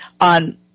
on